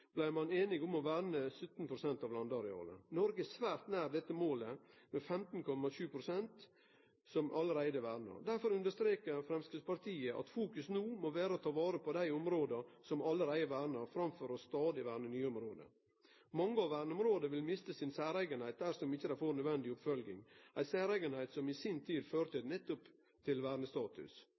blei einig om å verne 17 pst. av landareala. Noreg er svært nær dette målet, da 15,7 pst. allereie er verna. Derfor understrekar Framstegspartiet at i fokus no må vere å ta vare på dei områda som allereie er verna, framfor stadig å verne nye område. Mange av verneområda vil miste sitt særpreg dersom dei ikkje får nødvendig oppfølging, eit særpreg som i si tid nettopp førte til vernestatus.